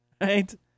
right